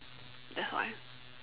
that's why